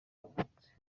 yavutse